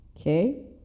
Okay